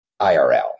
IRL